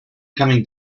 coming